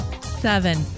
Seven